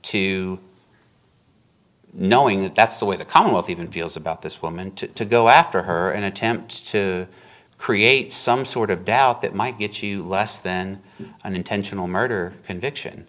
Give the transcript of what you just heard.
to knowing that that's the way the commonwealth even feels about this woman to go after her and attempt to create some sort of doubt that might get you less then an intentional murder conviction